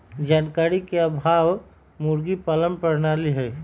जानकारी के अभाव मुर्गी पालन प्रणाली हई